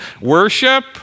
worship